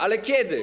Ale kiedy?